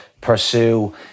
pursue